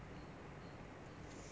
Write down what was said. um